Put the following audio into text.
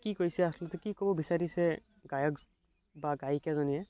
কি কৈছে আচলতে কি ক'ব বিচাৰিছে গায়ক বা গায়িকাজনীয়ে